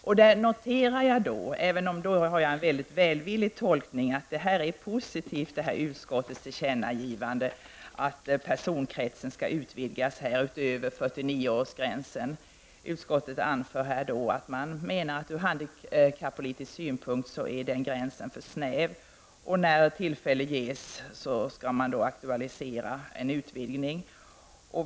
Jag noterar, men med en välvillig tolkning, att utskottets tillkännagivande är positivt, dvs. att personkretsen skall vidgas utöver 49 årsgränsen. Utskottet anför att ur handikappolitisk synpunkt är den gränsen för snäv. När tillfälle ges skall man aktualisera en utvidgning.